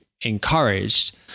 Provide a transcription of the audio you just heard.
encouraged